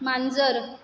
मांजर